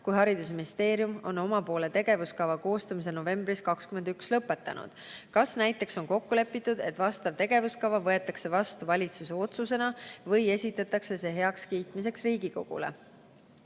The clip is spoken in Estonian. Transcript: kui haridusministeerium on omapoolse tegevuskava koostamise novembris 2021 lõpetanud? Kas näiteks on kokku lepitud, et vastav tegevuskava võetakse vastu valitsuse otsusena või esitatakse see heakskiitmiseks Riigikogule?"